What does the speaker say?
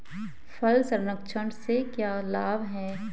फल संरक्षण से क्या लाभ है?